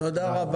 תודה רבה.